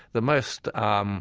the most um